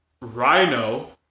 Rhino